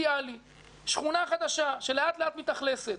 שכונה חדשה שלאט לאט מתאכלסת,